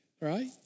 right